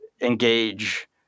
engage